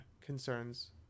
concerns